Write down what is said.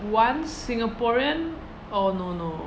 one singaporean orh no no